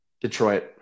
Detroit